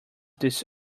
this